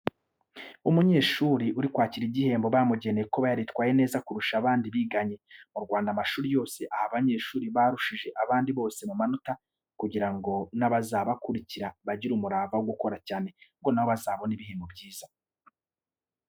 Umunyeshuri uri kwakira igihembo bamugeneye kuba yaritwaye neza kurusha abandi biganye, mu Rwanda amashuri yose aha abanyeshuri barushije abandi bose mu manota kugira ngo n'abazabakurikira bagire umurava wo gukora cyane ngo na bo bazabone ibihembo byiza.